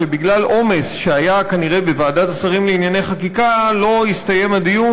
שבגלל עומס שהיה כנראה בוועדת השרים לענייני חקיקה לא הסתיים הדיון,